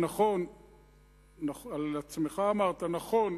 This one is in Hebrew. על עצמך אמרת: נכון,